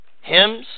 hymns